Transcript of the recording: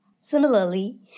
Similarly